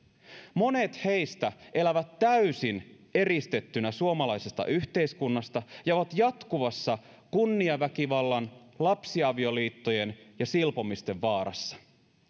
monet heistä elävät täysin eristettynä suomalaisesta yhteiskunnasta ja ovat jatkuvassa kunniaväkivallan lapsiavioliittojen ja silpomisten vaarassa